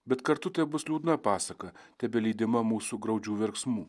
bet kartu tai bus liūdna pasaka tebelydima mūsų graudžių verksmų